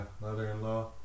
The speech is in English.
mother-in-law